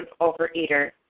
overeater